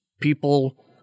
people